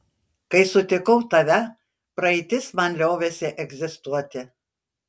kai sutikau tave praeitis man liovėsi egzistuoti